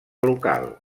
local